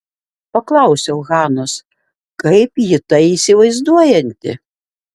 paklausiau hanos kaip ji tai įsivaizduojanti